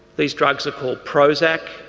these drugs are called prozac,